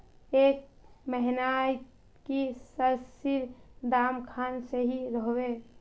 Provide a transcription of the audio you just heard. ए महीनात की सरिसर दाम खान सही रोहवे?